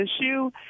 issue